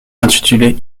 intitulé